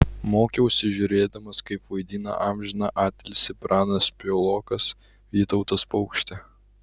mokiausi žiūrėdamas kaip vaidina amžiną atilsį pranas piaulokas vytautas paukštė